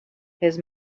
his